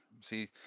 See